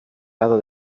lado